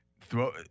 throw